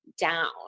down